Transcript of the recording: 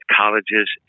colleges